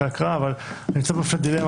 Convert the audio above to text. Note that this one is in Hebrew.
הרי כשאתה משדר את זה,